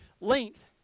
length